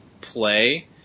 play